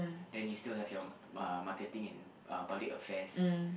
then you still have your uh marketing in uh public affairs